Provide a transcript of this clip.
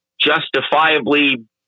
justifiably